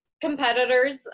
competitors